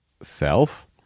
self